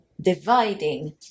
dividing